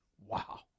Wow